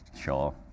sure